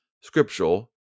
scriptural